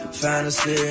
fantasy